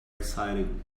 exciting